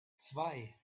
zwei